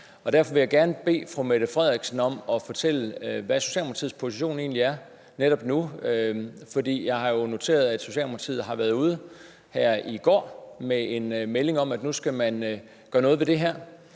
Derfor vil jeg gerne bede fru Mette Frederiksen om at fortælle, hvad Socialdemokratiets position egentlig er netop nu. For jeg har jo noteret mig, at Socialdemokratiet har været ude her i går med en melding om, at nu skal man gøre noget ved det her.